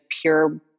pure